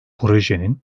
projenin